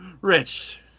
Rich